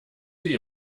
sie